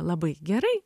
labai gerai